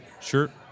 Sure